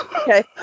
Okay